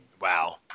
Wow